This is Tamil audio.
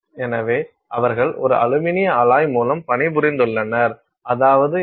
எனவே அவர்கள் ஒரு அலுமினிய அலாய் மூலம் பணிபுரிந்துள்ளனர் அதாவது என்ன